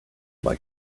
like